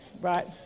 Right